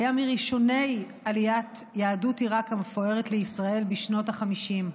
והיה מראשוני עליית יהדות עיראק המפוארת לישראל בשנות החמישים.